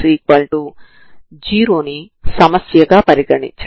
దీనిని మనం ఈ వీడియోలో చూద్దాం